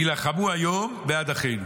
הילחמו היום בעד אחינו".